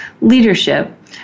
leadership